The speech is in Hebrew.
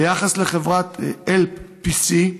ביחס לחברת הלפ פי סי,